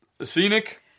Scenic